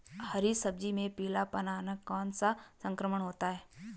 हरी सब्जी में पीलापन आना कौन सा संक्रमण होता है?